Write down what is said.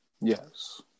Yes